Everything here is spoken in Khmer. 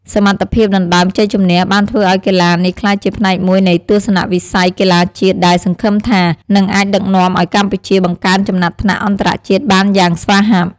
សមត្ថភាពដណ្តើមជ័យជម្នះបានធ្វើឲ្យកីឡានេះក្លាយជាផ្នែកមួយនៃទស្សនវិស័យកីឡាជាតិដែលសង្ឃឹមថានឹងអាចដឹកនាំឲ្យកម្ពុជាបង្កើនចំណាត់ថ្នាក់អន្តរជាតិបានយ៉ាងស្វាហាប់។